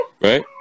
Right